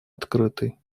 открытой